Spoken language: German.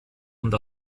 und